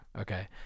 Okay